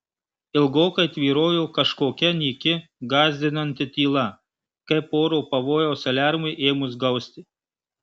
ilgokai tvyrojo kažkokia nyki gąsdinanti tyla kaip oro pavojaus aliarmui ėmus gausti